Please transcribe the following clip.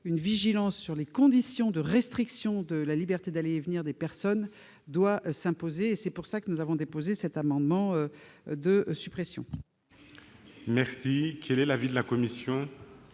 une vigilance sur les conditions de restriction de la liberté d'aller et venir des personnes doit s'imposer. C'est pourquoi nous avons déposé cet amendement de suppression.